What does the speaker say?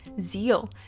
zeal